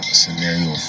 scenario